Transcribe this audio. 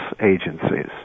agencies